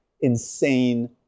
insane